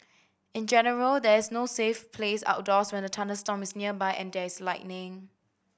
in general there is no safe place outdoors when a thunderstorm is nearby and there is lightning